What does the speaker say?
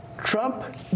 Trump